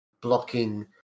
blocking